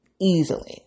easily